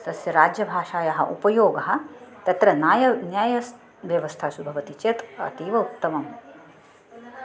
तस्याः राज्यभाषायाः उपयोगः तत्र नाये न्याये स् स् व्यवस्थासु भवति चेत् अतीव उत्तमम्